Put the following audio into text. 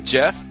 Jeff